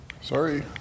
Sorry